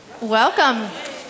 Welcome